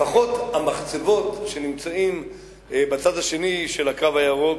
לפחות המחצבות שנמצאות בצד השני של "הקו הירוק",